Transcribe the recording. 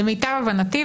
למיטב הבנתי,